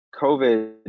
COVID